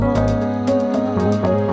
one